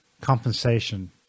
compensation